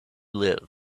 live